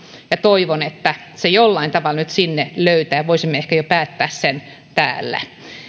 toivon että se jollain tavalla nyt sinne löytää ja voisimme ehkä jo päättää sen täällä